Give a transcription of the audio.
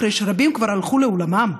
אחרי שרבים כבר הלכו לעולמם,